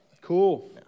Cool